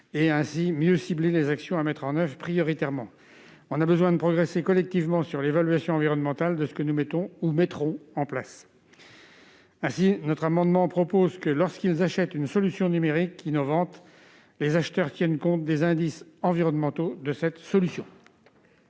et ainsi mieux cibler les actions à mettre en oeuvre prioritairement. Nous avons besoin de progresser collectivement sur l'évaluation environnementale de ce que nous mettons ou mettrons en place. Aussi, lorsqu'ils achètent une solution numérique innovante, les acheteurs doivent tenir compte des incidences environnementales de cette solution.